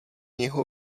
něho